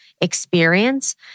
experience